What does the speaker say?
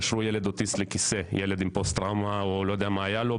קשרו ילד אוטיסט או ילד עם פוסט טראומה לכיסא ולצערי לא היו שם מצלמות.